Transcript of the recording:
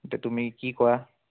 এতিয়া তুমি কি কৰা